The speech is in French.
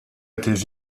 étaient